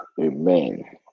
Amen